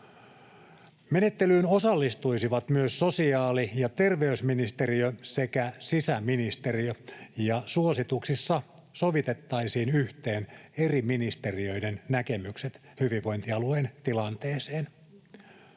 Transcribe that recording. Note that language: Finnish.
Menettelyyn osallistuisivat myös sosiaali- ja terveysministeriö sekä sisäministeriö, ja suosituksissa sovitettaisiin yhteen eri ministeriöiden näkemykset hyvinvointialueen tilanteeseen.